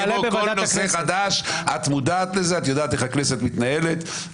את נשיא בית המשפט